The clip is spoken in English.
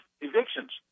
evictions